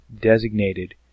designated